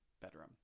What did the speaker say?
bedroom